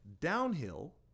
downhill